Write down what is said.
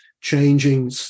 changing